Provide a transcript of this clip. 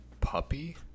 puppy